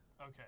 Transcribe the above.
okay